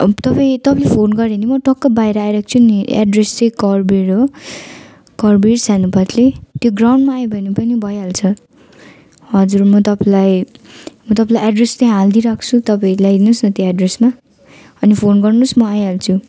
अब तपाईँ तपाईँले फोन गर्यो भने म टक्क बाहिर आइराख्छु नि एड्रेस चाहिँ कर्बेर हो कर्बेर सेन्ट बाट्ली त्यो ग्राउन्डमा आयो भने पनि भइहाल्छ हजुर म तपाईँलाई म तपाईँलाई एड्रेस त्यहाँ हालिदिइराख्छु तपाईँ ल्याइदिनु होस् न त्यहाँ एड्रेसमा अनि फोन गर्नुस् म आइहाल्छु